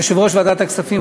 יושב-ראש ועדת הכספים,